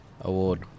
award